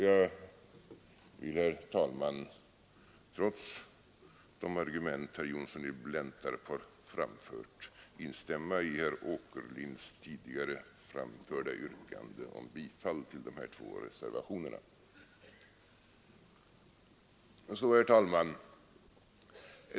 Jag vill, herr talman, trots de argument som herr Johnsson i Blentarp har framfört, instämma i herr Åkerlinds tidigare framförda yrkande om bifall till dessa två reservationer.